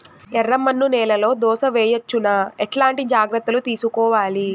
ఎర్రమన్ను నేలలో దోస వేయవచ్చునా? ఎట్లాంటి జాగ్రత్త లు తీసుకోవాలి?